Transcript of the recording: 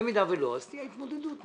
במידה ולא, תהיה התמודדות.